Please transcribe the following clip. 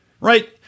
right